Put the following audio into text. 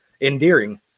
endearing